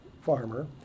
farmer